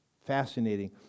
fascinating